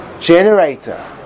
generator